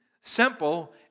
Simple